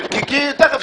כי תיכף,